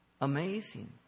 Amazing